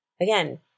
Again